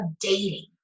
dating